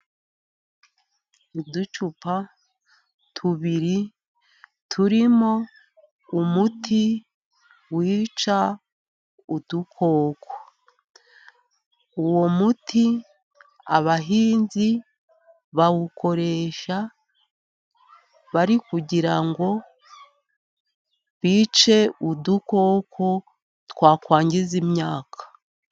Uducupa tubiri turimo umuti wica udukoko, uwo muti abahinzi bawukoresha, bari kugira ngo bice udukoko twakwangiza imyaka.